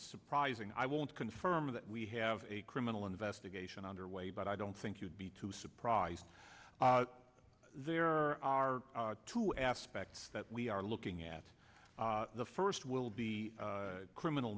surprising i won't confirm that we have a criminal investigation underway but i don't think you'd be too surprised there are two aspects that we are looking at the first will be criminal